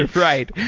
right.